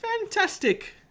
Fantastic